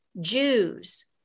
Jews